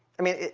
i mean,